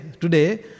today